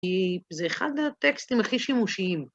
כי זה אחד הטקסטים הכי שימושיים.